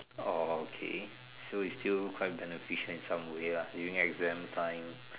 orh okay so it's still quite beneficial in some way ah during exam time